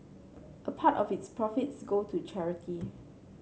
a part of its profits go to charity